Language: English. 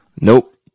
Nope